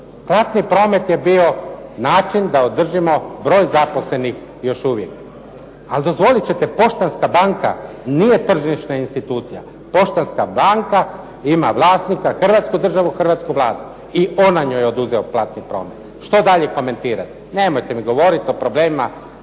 Platni promet je bio način da održimo broj zaposlenih još uvijek. Ali dozvolit ćete Poštanska banka nije tržišna institucije. Poštanska banka ima vlasnika, Hrvatsku državu i hrvatsku Vladu i ona je njoj oduzela platni promet. Što dalje komentirati? Nemojte mi govoriti o problemima